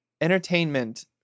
Entertainment